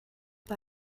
bei